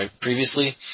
previously